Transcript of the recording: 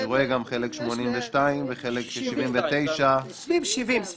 אני רואה גם חלק 82%, וחלק 79%. סביב ה-70%.